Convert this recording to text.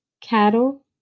Cattle